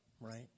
right